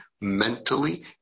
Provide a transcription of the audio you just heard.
mentally